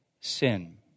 sin